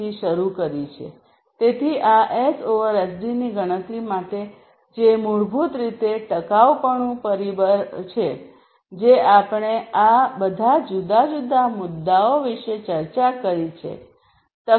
SSD થી શરૂ કરી છે તેથી આ એસએસડીની ગણતરી માટે જે મૂળભૂત રીતે ટકાઉપણું પરિબળ છે જે આપણે આ બધા જુદા જુદા મુદ્દાઓ વિશે ચર્ચા કરી છે છે